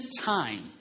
time